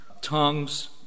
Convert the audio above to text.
tongues